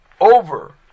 over